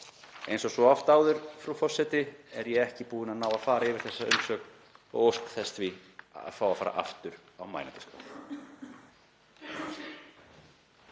Eins og svo oft áður, frú forseti, er ég ekki búinn að ná að fara yfir þessa umsögn og óska þess því að fá að fara aftur á mælendaskrá.